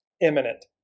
imminent